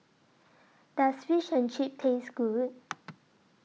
Does Fish and Chips Taste Good